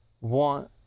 want